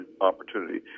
opportunity